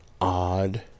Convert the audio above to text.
odd